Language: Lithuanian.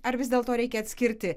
ar vis dėlto reikia atskirti